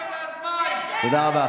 תודה רבה.